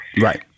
right